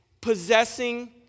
Possessing